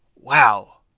wow